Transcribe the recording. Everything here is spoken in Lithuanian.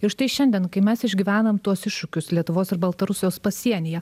ir štai šiandien kai mes išgyvenam tuos iššūkius lietuvos ir baltarusijos pasienyje